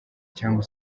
cyangwa